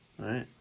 right